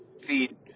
feed